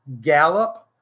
Gallup